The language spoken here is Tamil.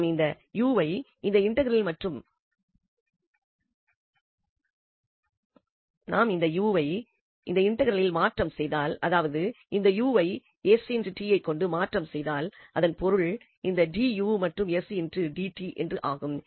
மேலும் நாம் இந்த u ஐ இந்த இன்டெக்ரலில் மாசாப்ஸ்டிட்யூட் செய்தல் அதாவது இந்த uஐ st கொண்டு மாசாப்ஸ்டிட்யூட் செய்தால் அதன் பொருள் இந்த du என்பது sdt என்று ஆகும்